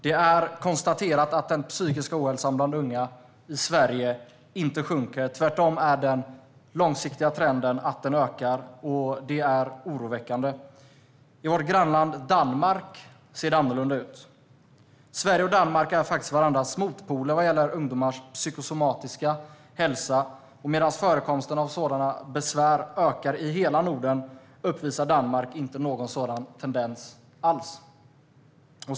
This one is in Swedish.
Det är konstaterat att den psykiska ohälsan bland unga i Sverige inte sjunker. Den långsiktiga trenden är i stället att den ökar, och det är oroväckande. I vårt grannland Danmark ser det annorlunda ut. Sverige och Danmark är faktiskt varandras motpoler vad gäller ungdomars psykosomatiska hälsa. Medan förekomsten av sådana besvär ökar i hela Norden uppvisar Danmark inte någon sådan tendens alls.